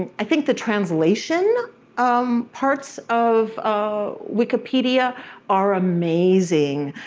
and i think the translation um parts of wikipedia are amazing,